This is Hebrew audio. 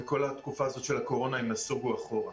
וכל התקופה הזאת של הקורונה הם נסוגו אחורה.